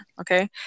okay